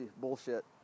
bullshit